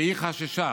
שחששה